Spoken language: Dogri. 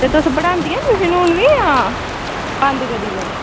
ते तुस पढ़ांदियां ट्यूशन हून बी जां बंद करी दियां